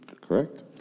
Correct